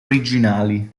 originali